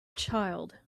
child